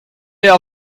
heure